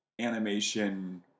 animation